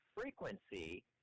frequency